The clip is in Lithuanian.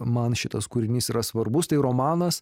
man šitas kūrinys yra svarbus tai romanas